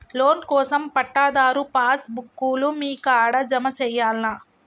Loan కోసం పట్టాదారు passbook లు మీ కాడా జమ చేయల్నా?